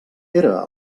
era